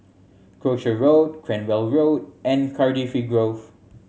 Croucher Road Cranwell Road and Cardifi Grove